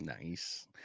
Nice